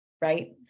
right